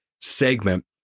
segment